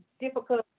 difficult